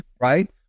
right